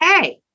Hey